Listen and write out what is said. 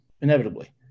inevitably